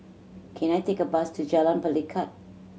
can I take a bus to Jalan Pelikat